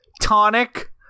Tonic